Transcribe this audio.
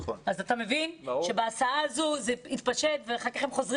אתה מבין שזה מתפשט בהסעה הזו ואחר כך הם חוזרים